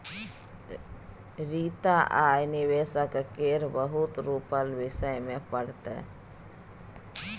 रीता आय निबेशक केर बहुत रुपक विषय मे पढ़तै